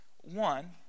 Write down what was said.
One